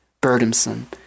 burdensome